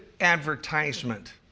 advertisement